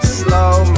slow